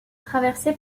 traversée